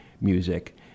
music